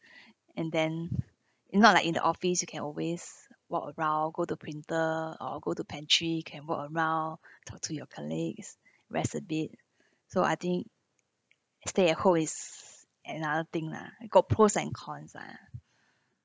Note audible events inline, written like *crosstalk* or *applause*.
*breath* and then not like in the office you can always walk around go to printer or go to pantry can walk around *breath* talk to your colleagues rest a bit so I think stay at home is another thing lah got pros and cons lah